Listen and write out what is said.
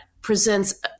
presents